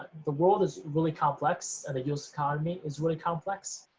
the world is really complex and the us economy is really complex.